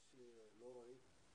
לא נמצא.